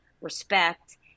respect